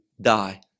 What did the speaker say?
die